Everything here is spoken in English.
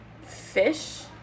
fish